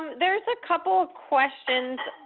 there's a couple questions